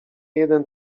jeden